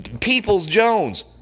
Peoples-Jones